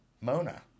Mona